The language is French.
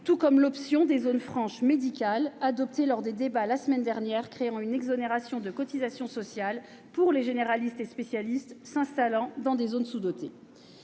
que l'option des zones franches médicales, adoptée lors des débats la semaine dernière, qui crée une exonération de cotisations sociales pour les généralistes et spécialistes s'installant dans des zones sous-dotées.